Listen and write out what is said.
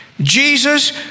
Jesus